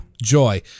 joy